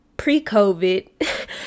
pre-covid